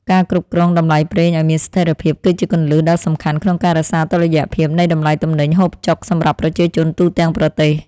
ការគ្រប់គ្រងតម្លៃប្រេងឱ្យមានស្ថិរភាព គឺជាគន្លឹះដ៏សំខាន់ក្នុងការរក្សាតុល្យភាពនៃតម្លៃទំនិញហូបចុកសម្រាប់ប្រជាជនទូទាំងប្រទេស។